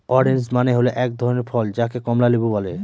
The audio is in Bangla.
অরেঞ্জ মানে হল এক ধরনের ফল যাকে কমলা লেবু বলে